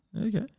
Okay